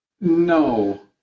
No